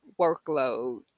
workload